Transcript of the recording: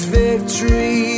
victory